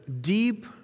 deep